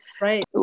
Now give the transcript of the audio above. Right